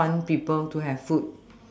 fun people to have food